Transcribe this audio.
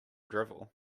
drivel